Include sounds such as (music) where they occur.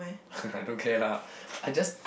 (laughs) I don't care lah I just